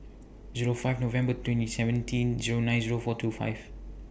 Zero five November twenty seventeen Zero nine Zero four two five